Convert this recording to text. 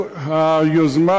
היוזמה